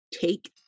take